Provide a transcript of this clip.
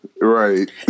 Right